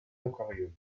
aquariums